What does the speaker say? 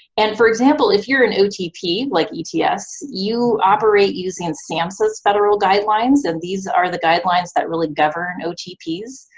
and for example, if you're an otp like ets, you operate using and samhsa's federal guidelines and these are the guidelines that really govern otps,